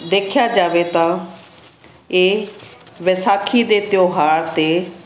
ਦੇਖਿਆ ਜਾਵੇ ਤਾਂ ਇਹ ਵੈਸਾਖੀ ਦੇ ਤਿਓਹਾਰ 'ਤੇ